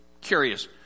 curious